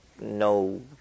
no